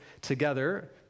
together